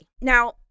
Now